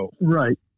right